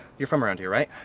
you're from around here right?